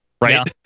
right